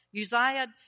Uzziah